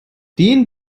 den